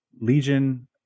Legion